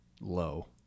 low